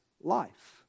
life